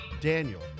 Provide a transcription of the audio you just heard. Daniel